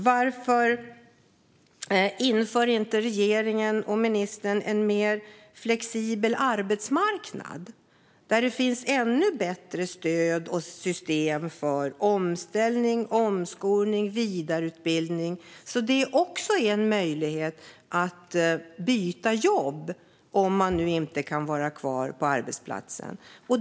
Varför inför inte regeringen och ministern en mer flexibel arbetsmarknad där det finns ännu bättre stöd och system för omställning, omskolning och vidareutbildning så att det också är en möjlighet att byta jobb om man nu inte kan vara kvar på arbetsplatsen?